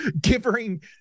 giving